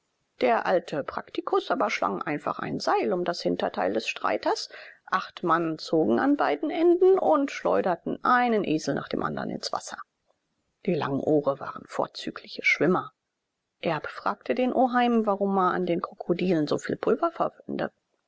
der alte praktikus aber schlang einfach ein seil um das hinterteil des streiters acht mann zogen an beiden enden und schleuderten einen esel nach dem andern ins wasser die langohre waren vorzügliche schwimmer erb fragte den oheim warum er an den krokodilen so viel pulver